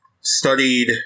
studied